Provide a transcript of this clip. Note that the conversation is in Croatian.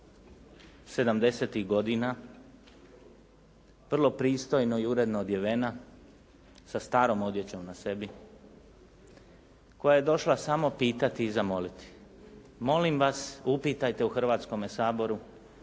godina vrlo pristojno i uredno odjevena sa starom odjećom na sebi koja je došla samo pitati i zamoliti: "Molim vas, upitajte u Hrvatskom saboru